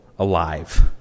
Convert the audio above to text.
Alive